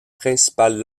principales